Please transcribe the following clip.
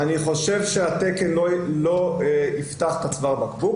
אני חושב שהתקן לא יפתח את צוואר הבקבוק.